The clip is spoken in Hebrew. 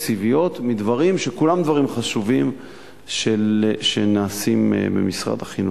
תקציביות מדברים שכולם דברים חשובים שנעשים במשרד החינוך.